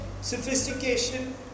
sophistication